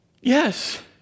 Yes